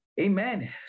Amen